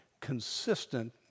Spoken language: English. consistent